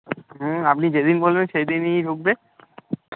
হুঁ আপনি যেদিন বলবেন সেই দিনই ঢুকবে